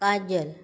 Kajal